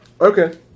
Okay